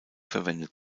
verwendet